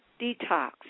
detox